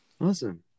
Awesome